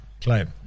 claim